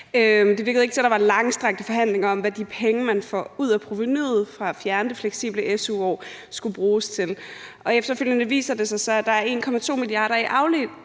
Det virker ikke, som om der var langstrakte forhandlinger om, hvad de penge, man får ud af provenuet fra at fjerne det fleksible su-år år, skulle bruges til. Efterfølgende viser det sig så, at der er 1,2 milliard i afledte